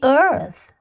earth